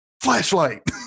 flashlight